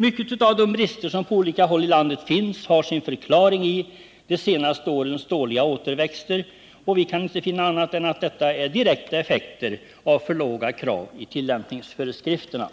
Mycket av de brister som på olika håll i landet finns har sin förklaring i de senaste årens dåliga återväxter, och vi kan inte finna annat än att detta är direkta effekter av för låga krav i tillämpningsföreskrifterna.